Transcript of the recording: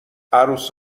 عروس